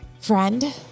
Friend